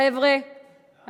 תסתכלי על הפרצוף שלך,